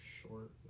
Short